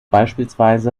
bspw